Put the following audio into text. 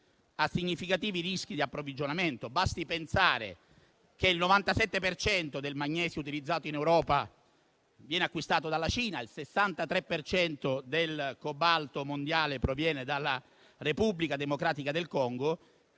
a significativi rischi di approvvigionamento. Basti pensare che il 97 per cento del magnesio utilizzato in Europa viene acquistato dalla Cina e il 63 per cento del cobalto mondiale proviene dalla Repubblica Democratica del Congo,